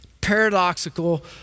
paradoxical